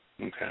Okay